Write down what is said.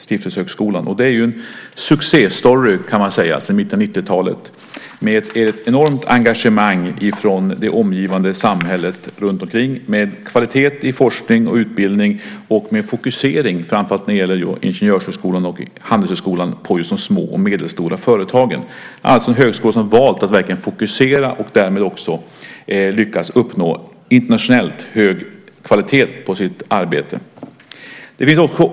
Den är en succéstory sedan mitten av 1990-talet med ett enormt engagemang från det omgivande samhället, med kvalitet i forskning och utbildning och med fokusering speciellt när det gäller handels och ingenjörshögskolan på just de små och medelstora företagen. Det är en högskola som verkligen har valt att fokusera och därmed också lyckats uppnå internationellt hög kvalitet i sitt arbete.